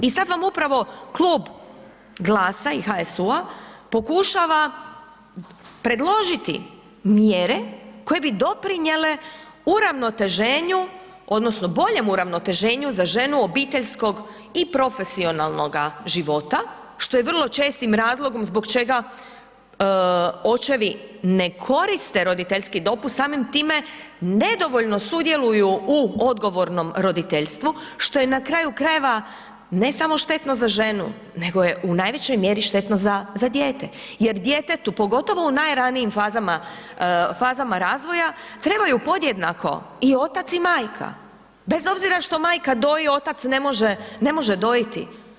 I sad vam upravo Klub GLAS-a i HSU-a pokušava predložiti mjere koje bi doprinjele uravnoteženju odnosno boljem uravnoteženju za ženu obiteljskog i profesionalnoga života, što je vrlo čestim razlogom zbog čega očevi ne koriste roditeljski dopust samim time nedovoljno sudjeluju u odgovornom roditeljstvu, što je na kraju krajeva, ne samo štetno za ženu nego je u najvećoj mjeri štetno za, za dijete jer djetetu, pogotovo u najranijim fazama, fazama razvoja, trebaju podjednako i otac i majka bez obzira što majka doji, otac ne može, ne može dojiti.